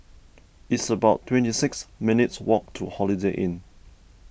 it's about twenty six minutes' walk to Holiday Inn